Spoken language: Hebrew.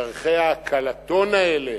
דרכי העקלתון האלה,